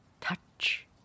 touch